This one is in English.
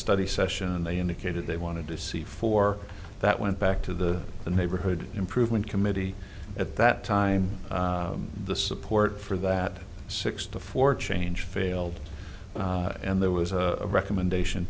study session and they indicated they wanted to see four that went back to the the neighborhood improvement committee at that time the support for that six to four change failed and there was a recommendation